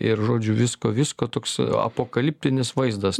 ir žodžiu visko visko toks apokaliptinis vaizdas